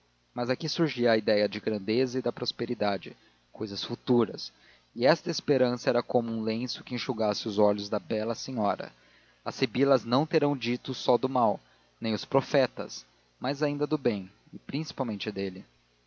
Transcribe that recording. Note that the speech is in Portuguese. mas aqui surgia a ideia da grandeza e da prosperidade cousas futuras e esta esperança era como um lenço que enxugasse os olhos da bela senhora as sibilas não terão dito só do mal nem os profetas mas ainda do bem e principalmente dele